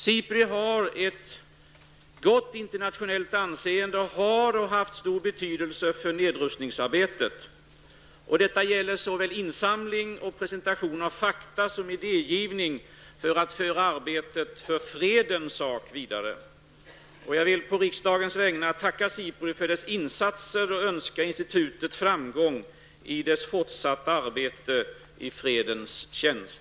SIPRI har ett gott internationellt anseende och har, och har haft, stor betydelse för nedrustningsarbetet. Detta gäller såväl insamling och presentation av fakta som idégivning för att föra arbetet för fredens sak vidare. Jag vill på riksdagens vägnar tacka SIPRI för dess insatser och önskar institutet framgång i dess fortsatta arbete i fredens tjänst.